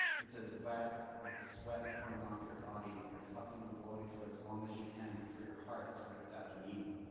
it says wet as the sweat pouring off your body when you're fucking a boy for as long as you can before your heart is ripped out and eaten.